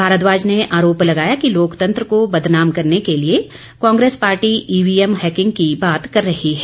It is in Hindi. भारद्वाज ने आरोप लगाया कि लोकतंत्र को बदनाम करने के लिए कांग्रेस पार्टी ईवीएम हैकिंग की बात कर रही है